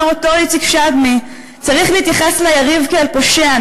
אומר אותו איציק שדמי: צריך להתייחס ליריב כאל פושע,